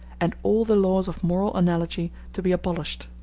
and all the laws of moral analogy to be abolished.